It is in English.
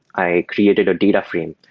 i created a data frame.